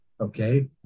okay